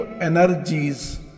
energies